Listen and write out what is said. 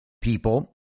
people